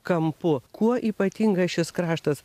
kampu kuo ypatingas šis kraštas